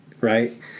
right